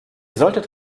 solltet